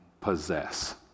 possess